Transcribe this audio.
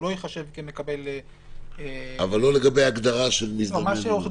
הוא לא ייחשב שמקבל -- -ומה שעורך הדין מלין